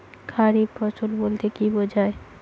খারিফ ফসল বলতে কী বোঝায়?